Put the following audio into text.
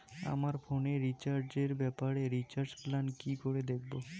আমার ফোনে রিচার্জ এর ব্যাপারে রিচার্জ প্ল্যান কি করে দেখবো?